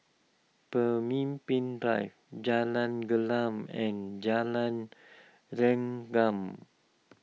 Pemimpin Drive Jalan Gelam and Jalan Rengkam